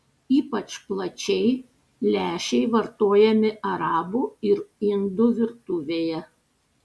ypač plačiai lęšiai vartojami arabų ir indų virtuvėje